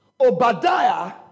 Obadiah